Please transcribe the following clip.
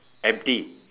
empty